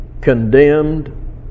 Condemned